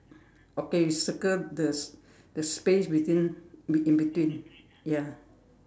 okay circle the the space between in between ya